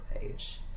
page